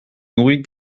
nourris